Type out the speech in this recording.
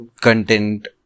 content